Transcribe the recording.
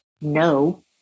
no